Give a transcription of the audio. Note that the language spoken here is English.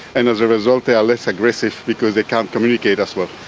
and as a result they are less aggressive because they can't communicate as well.